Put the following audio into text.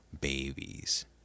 babies